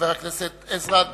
חבר הכנסת עזרא,